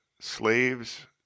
Slaves